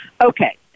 Okay